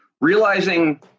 realizing